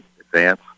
advance